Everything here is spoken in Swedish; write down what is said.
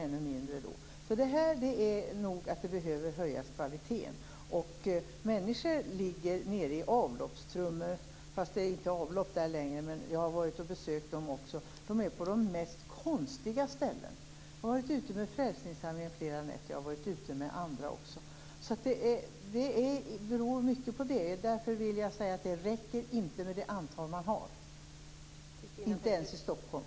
Kvaliteten behöver nog höjas. Människor ligger nere i avloppstrummor, men det är inte avlopp där längre. Jag har varit och besökt dem också. De finns på de mest konstiga ställen. Jag har varit ute med Frälsningsarmén flera nätter, och jag har varit ute med andra också. Mycket beror på detta. Därför vill jag säga att det inte räcker med det antal som finns, inte ens i Stockholm.